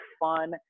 fun